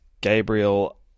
Gabriel